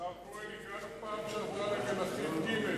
השר כהן, הגענו פעם שעברה למלכים ג'.